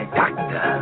doctor